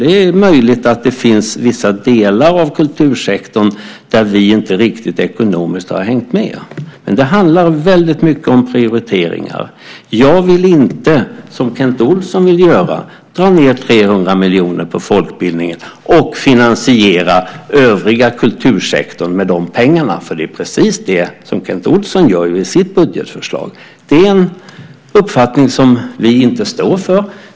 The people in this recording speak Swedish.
Det är möjligt att det finns vissa delar av kultursektorn där vi inte riktigt ekonomiskt har hängt med. Men det handlar väldigt mycket om prioriteringar. Jag vill inte, som Kent Olsson vill göra, dra ned 300 miljoner på folkbildningen och finansiera övriga kultursektorn med de pengarna, för det är precis det som Kent Olsson gör i sitt budgetförslag. Det är en uppfattning som vi inte står för.